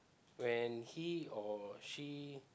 when he or she